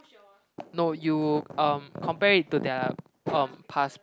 no you um compare it to their um past